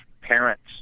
parents